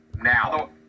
Now